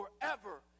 forever